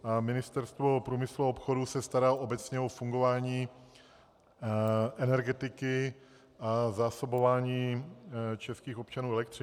A Ministerstvo průmyslu a obchodu se stará obecně o fungování energetiky a zásobování českých občanů elektřinou.